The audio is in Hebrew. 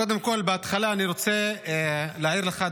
קודם כול בהתחלה אני רוצה להעיר לך,